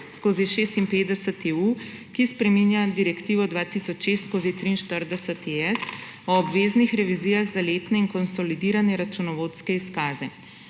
2014/56 EU, ki spreminja Direktivo 2006/43 ES o obveznih revizijah za letne in konsolidirane računovodske izkaze.